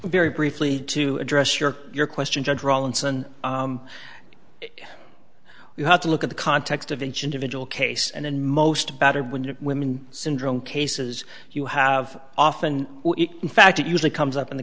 very briefly to address your your question judge rawlinson you have to look at the context of each individual case and in most better when women syndrome cases you have often in fact it usually comes up in the